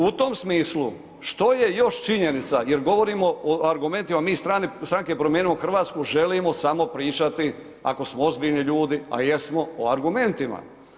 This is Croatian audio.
U tom smislu što je još činjenica, jer govorimo o argumentima, mi iz stranke Promijenimo Hrvatsku želimo samo pričati ako smo ozbiljni ljudi, a jesmo o argumentima.